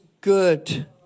good